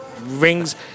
rings